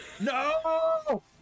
No